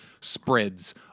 spreads